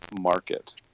market